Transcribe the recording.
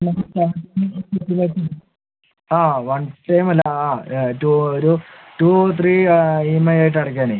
ആ വൺ ടൈമിലാണ് ആ ടു ഒരു two three E M I ആയിട്ട് അടയ്ക്കാനേ